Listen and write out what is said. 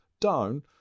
down